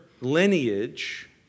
lineage